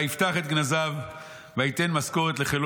ויפתח את גנזיו וייתן משכורת לחילו